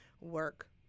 work